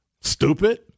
stupid